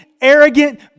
arrogant